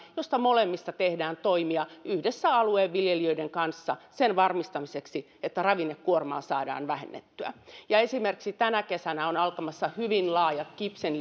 joista molemmista tehdään toimia yhdessä alueen viljelijöiden kanssa sen varmistamiseksi että ravinnekuormaa saadaan vähennettyä esimerkiksi tänä kesänä on alkamassa hyvin laajat